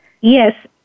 yes